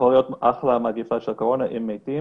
יכולה להיות אחל'ה מגפה של קורונה עם מתים